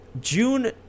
June